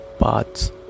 paths